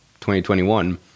2021